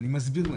ואני מסביר להם,